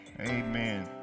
amen